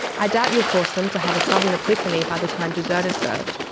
i doubt you'll force them to have a sudden epiphany by the time dessert is served,